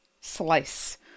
slice